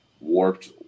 warped